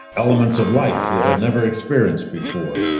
elements of life they had never experienced before.